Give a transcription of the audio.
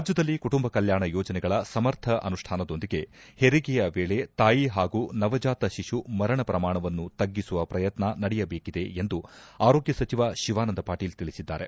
ರಾಜ್ಯದಲ್ಲಿ ಕುಟುಂಬ ಕಲ್ಯಾಣ ಯೋಜನೆಗಳ ಸಮರ್ಥ ಅನುಷ್ಠಾನದೊಂದಿಗೆ ಪೆರಿಗೆಯ ವೇಳೆ ತಾಯಿ ಹಾಗೂ ನವಜಾತ ಶಿಶು ಮರಣ ಪ್ರಮಾಣವನ್ನು ತಗ್ಗಿಸುವ ಪ್ರಯತ್ನ ನಡೆಯಬೇಕಿದೆ ಎಂದು ಆರೋಗ್ಯ ಸಚಿವ ಶಿವಾನಂದ ಪಾಟಿಲ್ ತಿಳಿಸಿದ್ದಾರೆ